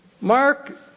Mark